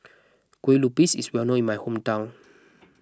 Kueh Lupis is well known in my hometown